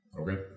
Okay